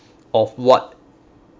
of what